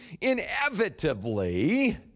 inevitably